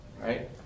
right